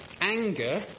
Anger